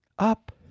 up